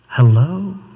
hello